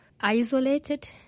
isolated